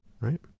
right